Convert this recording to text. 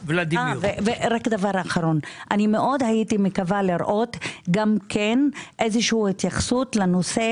דבר אחרון הייתי מקווה לראות גם התייחסות לנושא